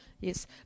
Yes